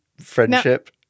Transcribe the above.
friendship